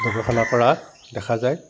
গৱেষণা কৰা দেখা যায়